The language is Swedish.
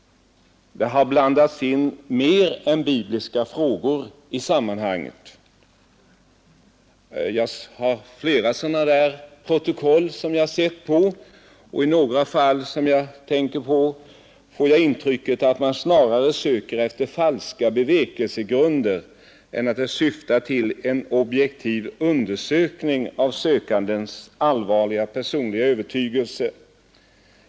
Det har blandats in mer än bibliska frågor i sammanhanget. Jag har studerat flera sådana där protokoll, och i några fall har jag fått ett intryck av att man snarare söker efter falska bevekelsegrunder än syftar till en objektiv undersökning av sökandens allvarliga personliga övertygelse.